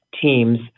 teams